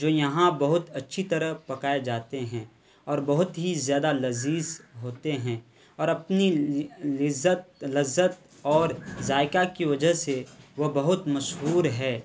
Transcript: جو یہاں بہت اچھی طرح پکائے جاتے ہیں اور بہت ہی زیادہ لذیذ ہوتے ہیں اور اپنی لذت لذت اور ذائقہ کی وجہ سے وہ بہت مشہور ہیں